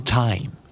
time